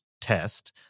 test